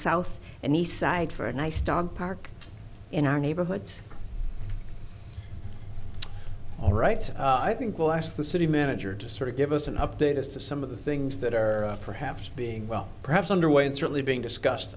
south and east side for a nice dog park in our neighborhoods all right so i think we'll ask the city manager to sort of give us an update as to some of the things that are perhaps being well perhaps underway and certainly being discussed